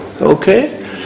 okay